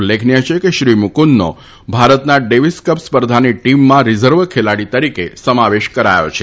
ઉલ્લેખનીય છે કે શ્રી મુકુંદનો ભારતના ડેવીસ કપ સ્પર્ધાની ટીમમાં રીઝર્વ ખેલાડી તરીકે સમાવેશ કરાયો છે